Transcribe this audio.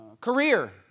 career